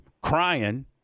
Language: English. crying